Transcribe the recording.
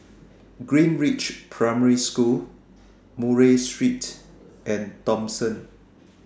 Greenridge Primary School Murray Street and Thomson